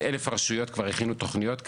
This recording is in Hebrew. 1,000 רשויות כבר הכינו תוכניות כאלה,